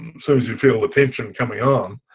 so as you feel the tension coming on,